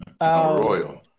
Royal